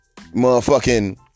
Motherfucking